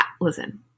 listen